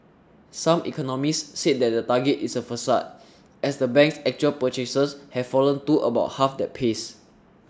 some economists said that the target is a facade as the bank's actual purchases have fallen to about half that pace